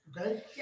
Okay